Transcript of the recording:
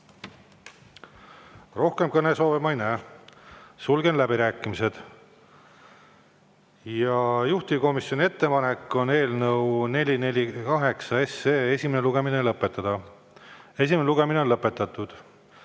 Rohkem kõnesoove ma ei näe. Sulgen läbirääkimised. Juhtivkomisjoni ettepanek on eelnõu 448 esimene lugemine lõpetada. Esimene lugemine on lõpetatud